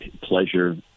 pleasure